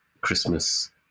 Christmas